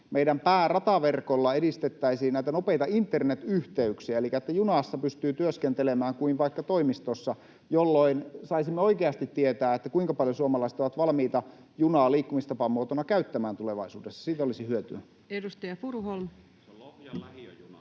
meidän päärataverkolla edistettäisiin nopeita internetyhteyksiä elikkä sitä, että junassa pystyy työskentelemään kuin vaikka toimistossa, jolloin saisimme oikeasti tietää, kuinka paljon suomalaiset ovat valmiita junaa liikkumistapamuotona käyttämään tulevaisuudessa. Siitä olisi hyötyä. Edustaja Furuholm.